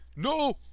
No